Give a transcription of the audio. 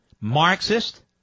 Marxist